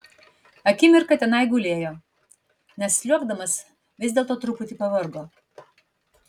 akimirką tenai gulėjo nes sliuogdamas vis dėlto truputį pavargo